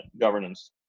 governance